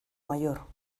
mayor